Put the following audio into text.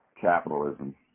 capitalism